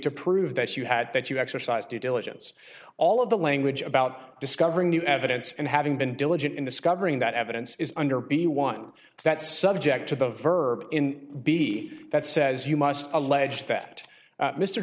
to prove that you had that you exercise due diligence all of the language about discovering new evidence and having been diligent in discovering that evidence is under be one that's subject to the verb in b that says you must allege that